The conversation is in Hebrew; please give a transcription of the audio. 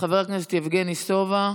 חבר הכנסת יבגני סובה,